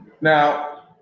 Now